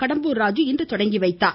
கடம்பூர் ராஜு இன்று தொடங்கி வைத்ததார்